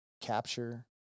capture